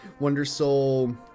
Wondersoul